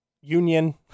union